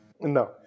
No